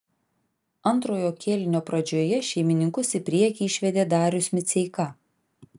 antrojo kėlinio pradžioje šeimininkus į priekį išvedė darius miceika